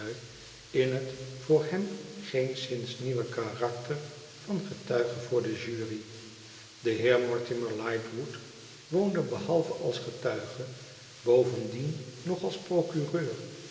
in het voor hem geenszms nieuwe luu akter van getuige voor de jury de heer mortimer lightwood woonde behalve als getuige bovendien nog als procnreur